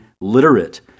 literate